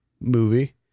movie